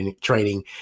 training